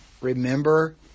Remember